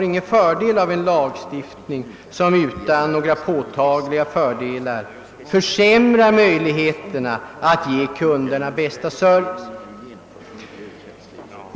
nytta av en lagstiftning som utan några påtagliga fördelar försämrar möjligheterna att ge kunderna bästa service.